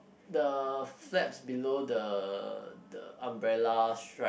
the flaps below the the umbrella strap